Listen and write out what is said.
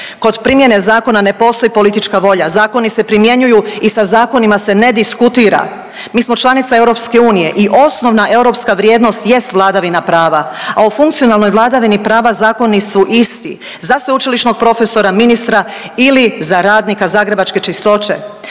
Kod primjene zakona ne postoji politička volja, zakoni se primjenjuju i sa zakonima se ne diskutira. Mi smo članica EU i osnovna europska vrijednost jest vladavina prava, a u funkcionalnoj vladavini prava zakoni su isti za sveučilišnog profesora, ministra ili za radnika zagrebačke Čistoće.